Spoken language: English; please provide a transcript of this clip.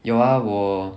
有 ah 我